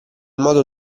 modo